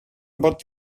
about